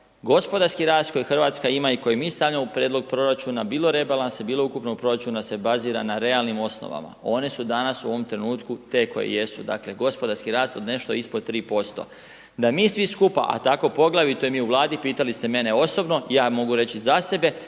gospodarski rast koji Hrvatska ima i koji mi stavljamo u Prijedlog proračuna, bilo rebalansa, bilo ukupnog proračuna, se bazira na realnim osnovama. One su danas u ovom trenutku te koje jesu, dakle, gospodarski rast od nešto ispod 3%. Da mi svi skupa, a tako poglavito i mi u Vladi, pitali ste mene osobno, ja mogu reći za sebe,